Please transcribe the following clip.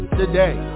today